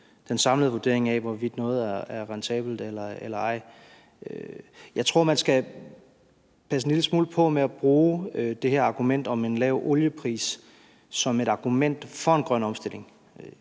den samlede vurdering af, hvorvidt noget er rentabelt eller ej. Jeg tror, man skal passe en lille smule på med at bruge det her argument om en lav oliepris som et argument for en grøn omstilling.